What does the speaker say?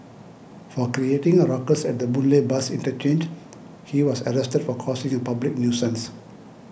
for creating a ruckus at the Boon Lay bus interchange he was arrested for causing a public nuisance